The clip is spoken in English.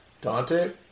Dante